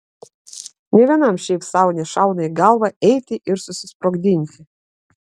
nė vienam šiaip sau nešauna į galvą eiti ir susisprogdinti